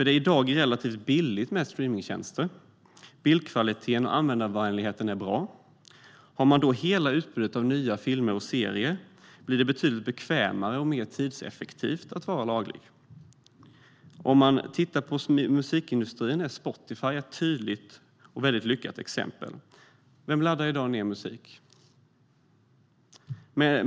Det är i dag relativt billigt med streamingtjänster, och bildkvaliteten och användarvänligheten är bra. Har man då hela utbudet av nya filmer och serier blir det betydligt bekvämare och mer tidseffektivt att vara laglig. Om vi tittar på musikindustrin kan vi se Spotify som ett väldigt lyckat exempel. Vem laddar ned musik i dag?